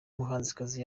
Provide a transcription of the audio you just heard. muhanzikazi